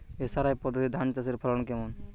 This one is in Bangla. এস.আর.আই পদ্ধতি ধান চাষের ফলন কেমন?